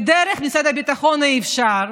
כי דרך משרד הביטחון אי-אפשר.